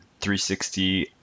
360